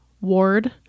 ward